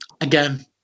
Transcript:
again